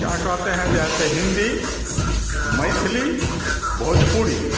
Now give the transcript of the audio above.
क्या कहते हैं जैसे हिन्दी मैथिली भोजपुरी